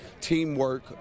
teamwork